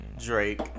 Drake